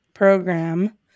Program